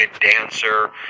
dancer